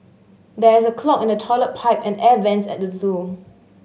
there is a clog in the toilet pipe and air vents at the zoo